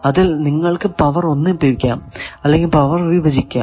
അതിൽ നിങ്ങൾക്കു പവർ ഒന്നിപ്പിക്കാം അല്ലെങ്കിൽ പവർ വിഭജിക്കാം